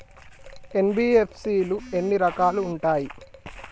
NBFC లో ఎన్ని రకాలు ఉంటాయి?